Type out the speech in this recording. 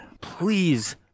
please